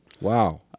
wow